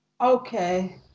Okay